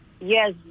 yes